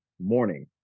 morning